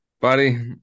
Buddy